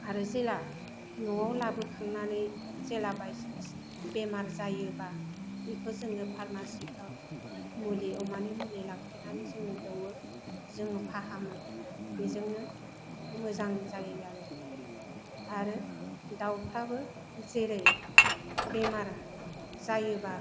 आरो जेला न'आव लाबोखांनानै जेला बायसानस बेमार जायोबा बेखौ जोङो फारमासिफ्राव मुलि अमानि मुलि लांफैनानै जोङो दौवो जोङो फाहामो बेजोंनो मोजां जायो आरो दावफ्राबो जेरै बेमार जायोबा